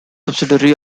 subsidiary